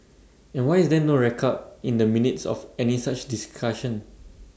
and why is there no record in the minutes of any such discussion